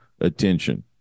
attention